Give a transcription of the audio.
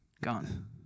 gone